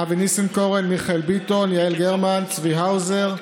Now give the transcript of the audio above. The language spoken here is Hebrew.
אבי ניסנקורן, מיכאל ביטון, יעל גרמן, צבי האוזר,